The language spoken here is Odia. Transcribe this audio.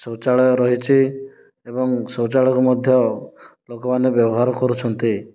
ଶୌଚାଳୟ ରହିଛି ଏବଂ ଶୌଚାଳୟକୁ ମଧ୍ୟ ଲୋକମାନେ ବ୍ୟବହାର କରୁଛନ୍ତି